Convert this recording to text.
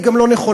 היא גם לא נכונה.